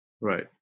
Right